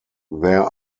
there